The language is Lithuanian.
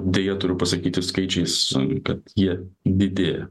deja turiu pasakyti skaičiais kad jie didėja